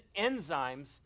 enzymes